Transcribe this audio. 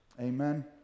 amen